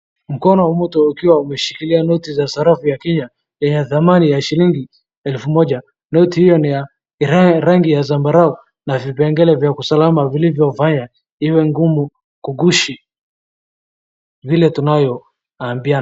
Mkono wa mtu ukiwa umeshikilia noti za sarafu ya Kenya yenye thamani ya shilingi elfu moja. Noti hiyo ni ya rangi ya zambarau na vipengele vya usalama vilivyofanya iwe ngumu kugushi, vile tunavyoambia.